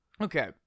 Okay